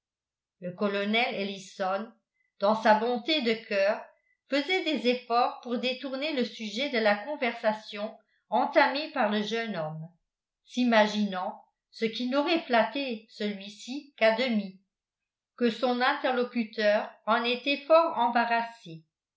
le colonel ellison dans sa bonté de cœur faisait des efforts pour détourner le sujet de la conversation entamée par le jeune homme simaginant ce qui n'aurait flatté celui-ci qu'à demi que son interlocuteur en était fort embarrassé